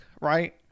right